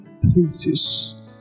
places